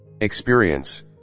experience